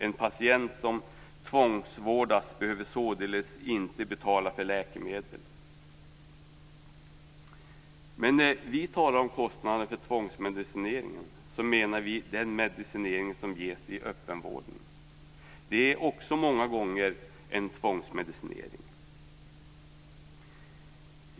En patient som tvångsvårdas behöver således inte betala för läkemedel. Men när vi talar om kostnader för tvångsmedicineringen menar vi den medicinering som ges i öppenvården. Den är också många gånger en tvångsmedicinering.